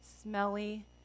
smelly